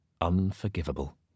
Unforgivable